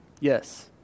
Yes